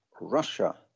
Russia